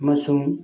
ꯑꯃꯁꯨꯡ